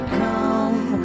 come